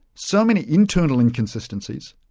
so many internal inconsistencies,